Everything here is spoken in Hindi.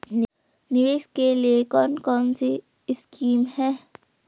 निवेश के लिए कौन कौनसी स्कीम हैं?